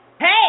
Hey